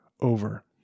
over